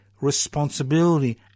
responsibility